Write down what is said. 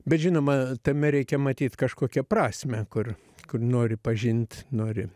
bet žinoma tame reikia matyt kažkokią prasmę kur kur nori pažint nori